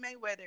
Mayweather